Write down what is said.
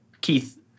Keith